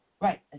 Right